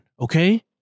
Okay